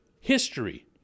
history